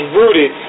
rooted